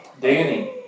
Danny